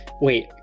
Wait